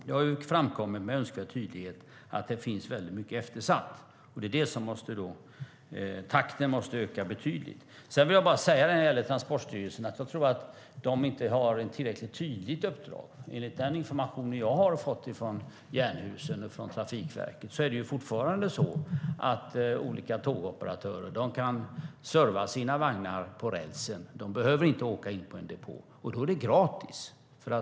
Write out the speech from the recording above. Det har framkommit med önskvärd tydlighet att det finns mycket som är eftersatt, och takten i underhållsarbetet måste öka betydligt. Sedan vill jag bara säga att jag tror att Transportstyrelsen inte har ett tillräckligt tydligt uppdrag. Enligt den information jag har fått från Jernhusen och Trafikverket kan fortfarande olika tågoperatörer serva sina vagnar på rälsen. De behöver inte åka in på någon depå, och då är det gratis.